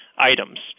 items